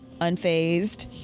unfazed